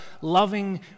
loving